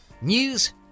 news